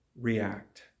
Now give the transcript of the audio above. react